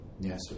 Yes